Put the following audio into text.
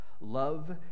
love